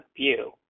view